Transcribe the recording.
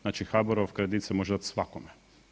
Znači HBOR-ov kredit se može dat svakome.